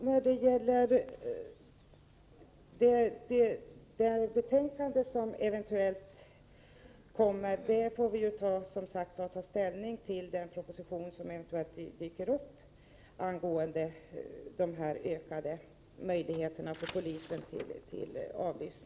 Fru talman! Den proposition om polisens ökade möjligheter till avlyssning som eventuellt kommer får vi ta ställning till när den läggs fram.